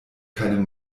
keine